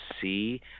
see